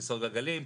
כיסאות גלגלים,